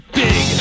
big